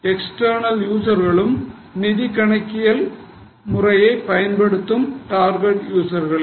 external யூசர்களும் நிதி கணக்கியல் முறையைப் பயன்படுத்துகின்றனர் டார்கெட் யூசர்களே